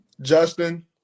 Justin